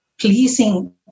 pleasing